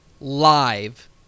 live